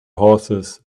horses